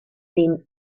been